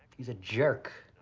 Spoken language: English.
he's a jerk.